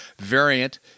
variant